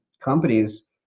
companies